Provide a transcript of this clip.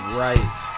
right